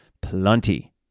plenty